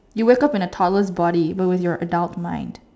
you wake up in a toddler's body but with your adult mind